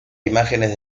imágenes